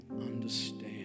understand